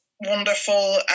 wonderful